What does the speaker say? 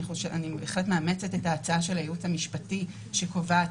אני בהחלט מאמצת את ההצעה של הייעוץ המשפטי שקובעת